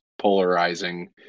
polarizing